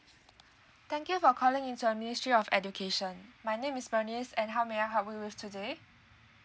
thank you for calling in the ministry of education my name is bernice and how may I help you with today